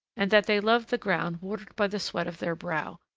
and that they love the ground watered by the sweat of their brow,